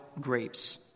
grapes